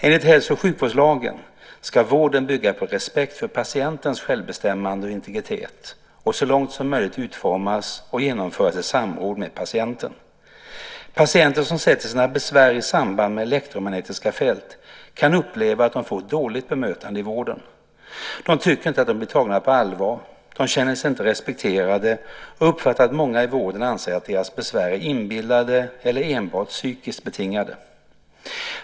Enligt hälso och sjukvårdslagen ska vården bygga på respekt för patientens självbestämmande och integritet och så långt som möjligt utformas och genomföras i samråd med patienten. Patienter som sätter sina besvär i samband med elektromagnetiska fält kan uppleva att de får ett dåligt bemötande i vården. De tycker inte att de blir tagna på allvar. De känner sig inte respekterade och uppfattar att många i vården anser att deras besvär är inbillade eller enbart psykiskt betingade.